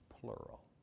plural